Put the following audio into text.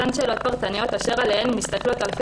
אותן שאלות פרטניות אשר עליהן מסתכלות אלפי